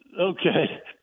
Okay